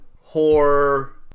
Horror